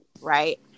right